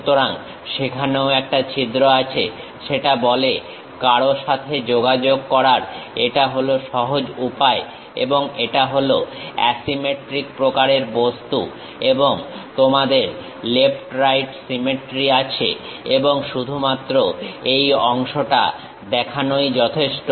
সুতরাং সেখানেও একটা ছিদ্র আছে সেটা বলে কারো সাথে যোগাযোগ করার এটা হলো সহজ উপায় এবং এটা হলো অ্যাসিমেট্রিক প্রকারের বস্তু এবং তোমাদের লেফট রাইট সিমেট্রি আছে এবং শুধুমাত্র এই অংশটা দেখানোই যথেষ্ট